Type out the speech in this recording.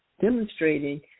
demonstrating